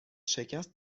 شکست